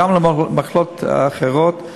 גם למחלות אחרות,